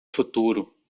futuro